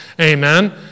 Amen